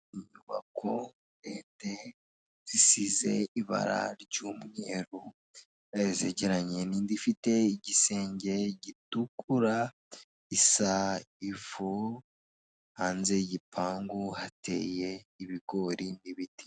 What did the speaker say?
Inyubako ndende zisize ibara ry'umweru zegeranye n'indi ifite igisenge gitukura gisa ivu hanze y'igipangu hateye ibigori n'ibiti.